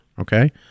okay